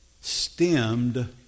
stemmed